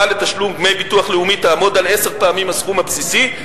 לתשלום דמי ביטוח לאומי תהיה עשר פעמים הסכום הבסיסי.